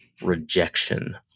rejection